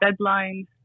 deadlines